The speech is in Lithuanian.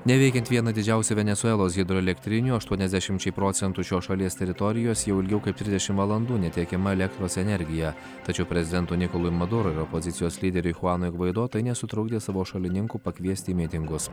neveikiant viena didžiausią venesuelos hidroelektrinių aštuonisdešimčiai procentų šios šalies teritorijos jau ilgiau kaip trisdešimt valandų netiekiama elektros energija tačiau prezidentui nikolui madurui opozicijos lyderiui chuanui gvaidotai nesutrukdė savo šalininkų pakviesti į mitingus